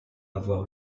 avoir